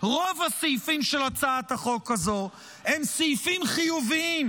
רוב הסעיפים של הצעת החוק הזו הם סעיפים חיוביים,